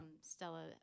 Stella